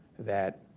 that